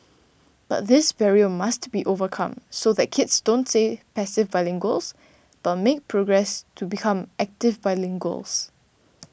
but this barrier must be overcome so that kids don't stay passive bilinguals but make progress to become active bilinguals